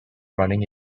running